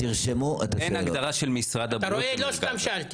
אין הגדרה של משרד הבריאות למרכז-על.